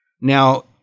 Now